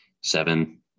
seven